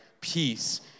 peace